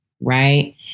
Right